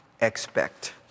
expect